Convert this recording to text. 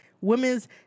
Women's